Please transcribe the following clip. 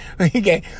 Okay